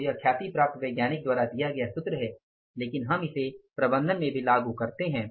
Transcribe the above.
तो यह ख्याति प्राप्त वैज्ञानिक द्वारा दिया गया सूत्र है लेकिन हम इसे प्रबंधन में भी लागू करते हैं